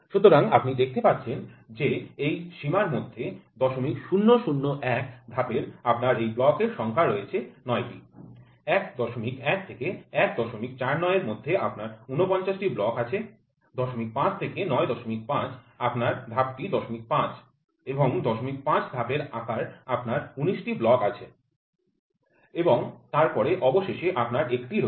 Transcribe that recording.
সুতরাং আপনি দেখতে পাচ্ছেন যে এই সীমার মধ্যে ০০০১ ধাপের আপনার এই ব্লকের সংখ্যা রয়েছে ৯ টি ১১ থেকে ১৪৯ এর মধ্যে আপনার ৪৯ টি ব্লক আছে ০৫ থেকে ৯৫ আপনার ধাপ ০৫ এবং ০৫ ধাপের আকারে আপনার ১৯ টি ব্লক আছে এবং তারপরে অবশেষে আপনার ১ টি রয়েছে